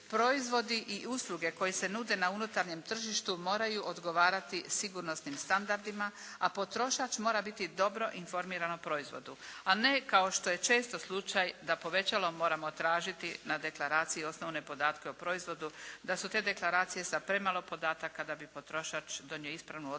Proizvodi i usluge koje se nude na unutarnjem tržištu moraju odgovarati sigurnosnim standardima a potrošač mora biti dobro informiran o proizvodu. A ne kao što je često slučaj da povećalom moramo tražiti na deklaraciji osnovne podatke o proizvodu, da su te deklaracije sa premalo podataka da bi potrošač donio ispravnu odluku